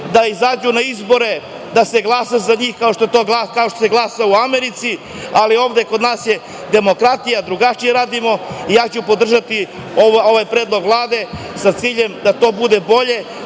da izađu na izbore, da se glasa za njih, kao što se glasa u Americi, ali ovde kod nas je demokratija, drugačije radimo i ja ću podržati ovaj predlog Vlade sa ciljem da to bude bolje,